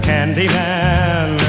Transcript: Candyman